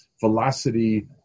velocity